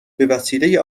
بهوسیله